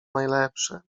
najlepsze